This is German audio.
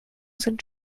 sind